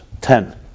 ten